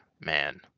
man